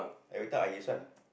they will thought I is one